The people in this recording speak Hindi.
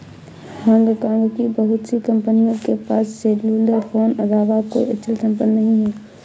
हांगकांग की बहुत सी कंपनियों के पास सेल्युलर फोन अलावा कोई अचल संपत्ति नहीं है